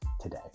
today